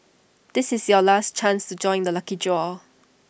this is your last chance to join the lucky draw